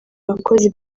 bakozi